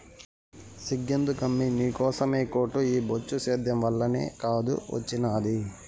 సిగ్గెందుకమ్మీ నీకోసమే కోటు ఈ బొచ్చు సేద్యం వల్లనే కాదూ ఒచ్చినాది